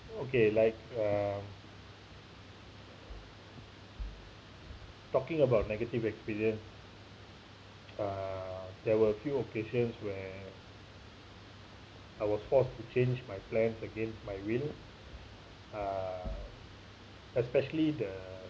okay like uh talking about negative experience uh there were a few occasions where I was forced to change my plans against my will uh especially the